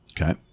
Okay